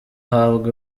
ahabwa